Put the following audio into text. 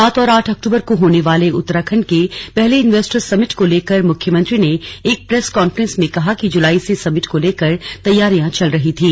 सात और आठ अक्टूबर को होने वाले उत्तराखंड के पहले इन्वेस्टर्स समिट को लेकर मुख्यमंत्री ने एक प्रेस कॉन्फ्रेंस में कहा कि जुलाई से समिट को लेकर तैयारियां चल रही थीं